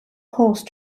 horse